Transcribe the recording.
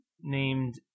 named